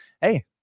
hey